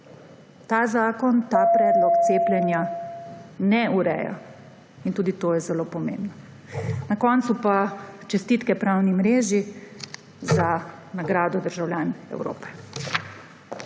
Ta zakon tega predloga cepljenja ne ureja. Tudi to je zelo pomembno. Na koncu pa čestitke Pravni mreži za nagrado državljan Evrope.